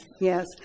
yes